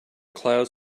cloud